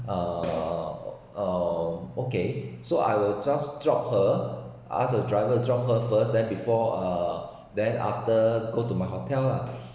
uh uh okay so I will just drop her ask the driver to drop her first then before uh then after go to my hotel lah